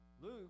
Luke